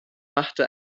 machte